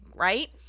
right